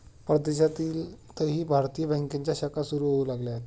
परदेशातही भारतीय बँकांच्या शाखा सुरू होऊ लागल्या आहेत